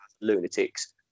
lunatics